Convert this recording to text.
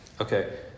Okay